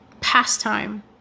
pastime